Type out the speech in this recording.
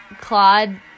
Claude